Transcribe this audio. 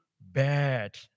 bad